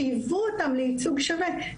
חייבו אותם לייצוג שווה,